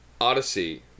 Odyssey